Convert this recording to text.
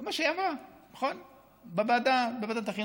זה מה שהיא אמרה בוועדת החינוך.